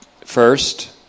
First